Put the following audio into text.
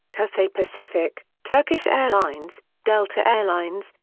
cathay pacific, turkish airlines, delta air lines,